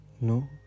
No